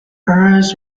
eyes